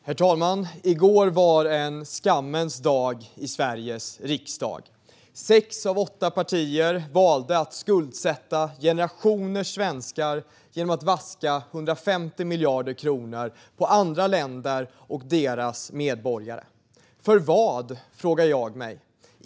Herr talman! I går var det en skammens dag i Sveriges riksdag. Sex av åtta partier valde att skuldsätta generationer svenskar genom att vaska 150 miljarder kronor på andra länder och deras medborgare. För vad? Frågar jag mig.